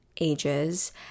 ages